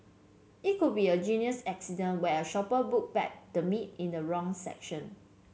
it could be a genuine accident where a shopper put back the meat in the wrong section